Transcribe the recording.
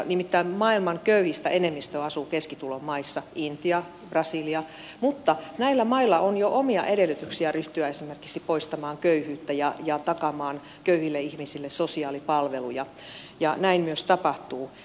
nimittäin maailman köyhistä enemmistö asuu keskitulon maissa intia brasilia mutta näillä mailla on jo omia edellytyksiä ryhtyä esimerkiksi poistamaan köyhyyttä ja takaamaan köyhille ihmisille sosiaalipalveluja ja näin myös tapahtuu